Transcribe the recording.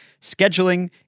scheduling